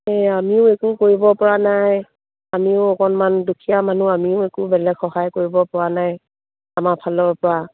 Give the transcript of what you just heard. এই আমিও একো কৰিবপৰা নাই আমিও অকণমান দুখীয়া মানুহ আমিও একো বেলেগ সহায় কৰিবপৰা নাই আমাৰ ফালৰপৰা